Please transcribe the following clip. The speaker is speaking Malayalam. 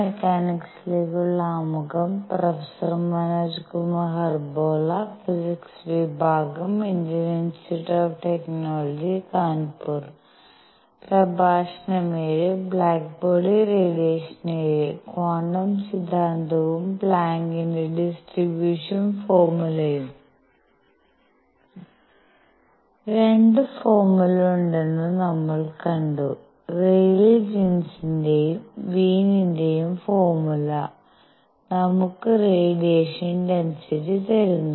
black body radiation VII quantum സിദ്ധാന്തവും പ്ലാങ്കിന്റെ ഡിസ്ട്രിബൂഷൻ ഫോർമുലയും 2 ഫോർമുല ഉണ്ടെന്ന് നമ്മൾ കണ്ടു റെയ്ലീ ജീൻസിന്റെയും വീനിന്റെയും ഫോർമുല നമ്മുക്ക് റേഡിയേഷൻ ഡെൻസിറ്റി തരുന്നു